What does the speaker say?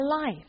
life